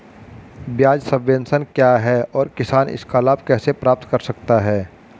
ब्याज सबवेंशन क्या है और किसान इसका लाभ कैसे प्राप्त कर सकता है?